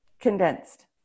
condensed